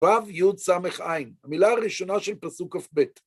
ויסע, המילה הראשונה של פסוק כ"ב.